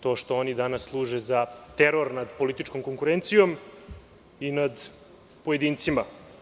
To što oni danas služe za teror nad političkom konkurencijom i nad pojedincima.